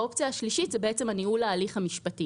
האופציה השלישית זה ניהול ההליך המשפטי